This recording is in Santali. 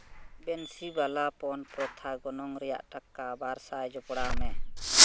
ᱵᱮᱱᱥᱤᱵᱟᱞᱟ ᱯᱚᱱ ᱯᱨᱚᱛᱷᱟ ᱜᱚᱱᱚᱝ ᱨᱮᱭᱟᱜ ᱴᱟᱠᱟ ᱵᱟᱨ ᱥᱟᱭ ᱡᱚᱯᱲᱟᱣ ᱢᱮ